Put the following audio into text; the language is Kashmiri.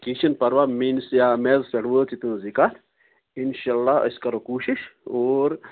کیٚنٛہہ چھُنہٕ پروا میٛٲنِس یا میلَس پٮ۪ٹھ وٲژ یہِ تُہِنٛز یہِ کَتھ اِنشاء اللہ أسۍ کَرو کوٗشش اور